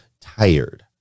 tired